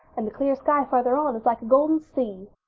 and the clear sky further on is like a golden sea.